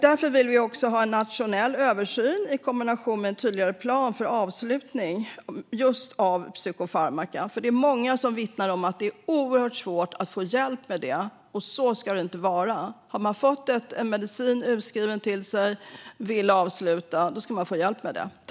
Därför vill vi också ha en nationell översyn i kombination med en tydligare plan för avslutning av psykofarmaka. Det är många som vittnar om att det är oerhört svårt att få hjälp med det, och så ska det inte vara. Har man fått en medicin utskriven till sig och vill avsluta, då ska man få hjälp med det.